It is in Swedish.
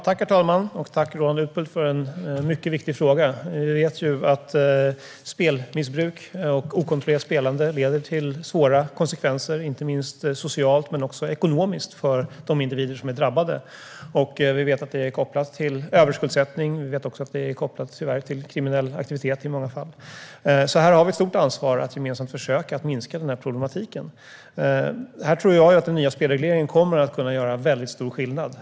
Herr talman! Tack, Roland Utbult, för en mycket viktig fråga. Vi vet att spelmissbruk och okontrollerat spelande leder till svåra konsekvenser, inte minst socialt och ekonomiskt för drabbade individer. Vi vet att dessa frågor är kopplade till överskuldsättning och i många fall till kriminella aktiviteter. Här finns ett stort ansvar att ta gemensamt för att minska problemen. Här tror jag att den nya spelregleringen kommer att göra stor skillnad.